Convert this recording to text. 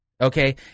okay